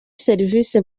serivisi